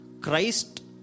Christ